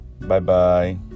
Bye-bye